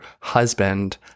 husband